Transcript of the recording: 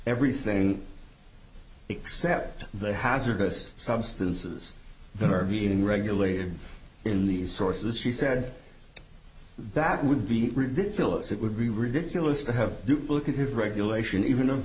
everything except the hazardous substances that are being regulated in these sources she said that would be ridiculous it would be ridiculous to have duplicative regulation even